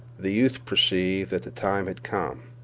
the youth perceived that the time had come.